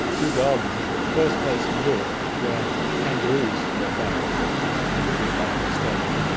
kew gardens is the first place in europe where kangaroos were found after they were brought back from australia.